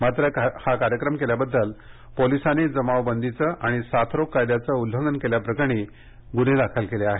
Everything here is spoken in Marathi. मात्र कार्यक्रम केल्याबद्दल पोलिसांनी जमावबंदीचं आणि साथरोग कायद्याचं उल्लंघन केल्याप्रकरणी गुन्हे दाखल केले आहेत